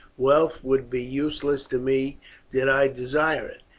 wealth would be useless to me did i desire it.